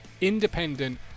independent